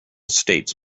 states